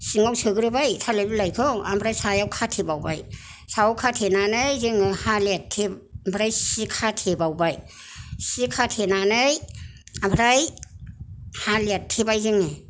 सिङाव सोग्रोबाय थालिर बिलाइखौ ओमफ्राय सायाव खाथेबावबाय सायाव खाथेनानै जोङो हा लेरथे ओमफ्राय सि खाथेबावबाय सि खाथेनानै ओमफ्राय हा लेरथेबाय जोङो